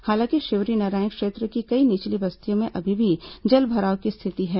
हालांकि शिवरीनारायण क्षेत्र की कई निचली बस्तियों में अभी भी जलभराव की स्थिति है